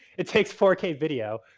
it takes four k video.